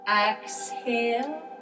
Exhale